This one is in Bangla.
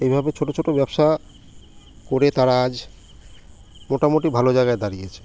এভাবে ছোট ছোট ব্যবসা করে তারা আজ মোটামুটি ভালো জায়গায় দাঁড়িয়েছে